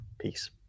Peace